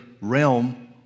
realm